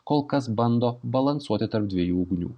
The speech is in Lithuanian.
kol kas bando balansuoti tarp dviejų ugnių